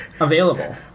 available